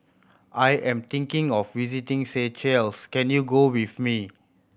I am thinking of visiting Seychelles can you go with me